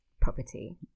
property